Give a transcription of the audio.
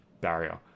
barrier